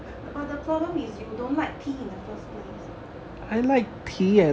but but the problem is you don't like tea in the first place